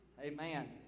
Amen